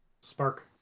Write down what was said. Spark